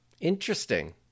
Interesting